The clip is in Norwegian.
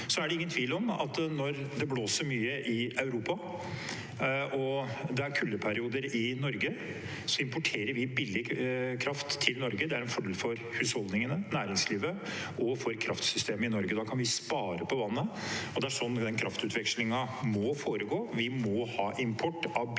Så er det ingen tvil om at når det blåser mye i Europa og det er kuldeperioder i Norge, importerer vi billig kraft til Norge. Det er en fordel for husholdningene, næringslivet og kraftsystemet i Norge. Da kan vi spare på vannet, og det er sånn den kraftutvekslingen må foregå. Vi må ha import av billig